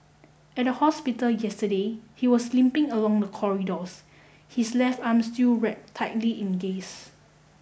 at the hospital yesterday he was limping along the corridors his left arm still wrapped tightly in gaze